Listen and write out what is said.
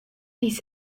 ließ